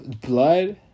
blood